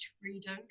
freedom